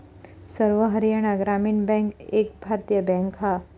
सर्व हरयाणा ग्रामीण बॅन्क एक भारतीय बॅन्क हा